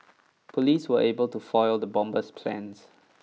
police were able to foil the bomber's plans